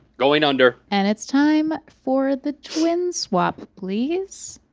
going under. and it's time for the twin swap please.